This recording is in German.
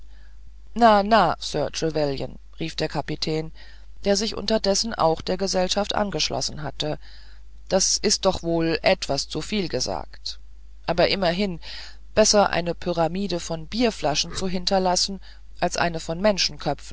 na na sir trevelyan rief der kapitän der sich unterdessen auch der gesellschaft angeschlossen hatte das ist doch wohl etwas zu viel gesagt aber immerhin besser eine pyramide von bierflaschen zu hinterlassen als eine von